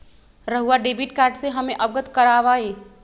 रहुआ debit card से हमें अवगत करवाआई?